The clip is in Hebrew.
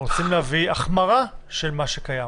רוצים להביא החמרה של מה שקיים